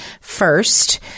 first